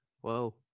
Whoa